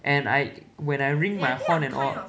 and I when I ring my honk and all